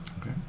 Okay